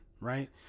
Right